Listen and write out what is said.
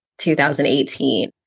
2018